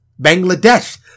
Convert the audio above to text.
Bangladesh